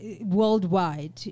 worldwide